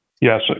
Yes